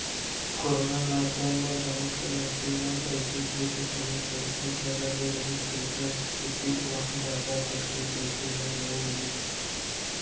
corona lockdown म गाँव के मनसे मन एक दूसर के सहयोग करत भाईचारा ले रिहिस तेखर सेती उहाँ जादा तकलीफ देखे ल नइ मिलिस